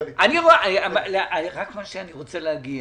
רוצה להגיע